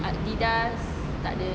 adidas takde